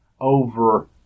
over